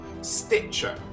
Stitcher